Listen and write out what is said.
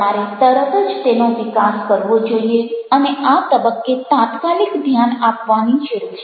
તમારે તરત જ તેનો વિકાસ કરવો જોઈએ અને આ તબક્કે તાત્કાલિક ધ્યાન આપવાની જરૂર છે